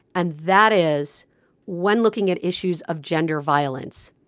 and that is when looking at issues of gender violence.